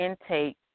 intake